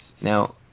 Now